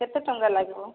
କେତେ ଟଙ୍କା ଲାଗିବ